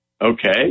Okay